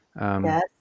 Yes